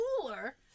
cooler